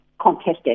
contested